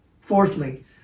Fourthly